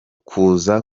kuza